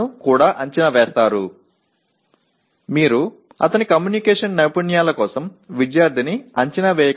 மாணவரின் தகவல்தொடர்பு திறன்களுக்காக நீங்கள் மதிப்பீடு செய்யவில்லை என்றால் நீங்கள் PO10 ஐ உரையாற்றவில்லை